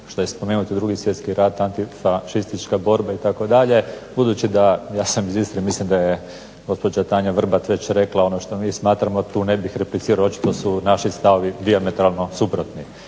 se ne razumije./… i Drugi svjetski rat, antifašistička borba itd. budući da ja sam iz Istre. Mislim da je gospođa Tanja Vrbat već rekla ono što mi smatramo tu ne bih replicirao. Očito su naši stavovi dijametralno suprotni.